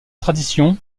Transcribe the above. tradition